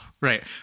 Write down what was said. Right